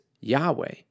Yahweh